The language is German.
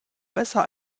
besser